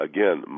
Again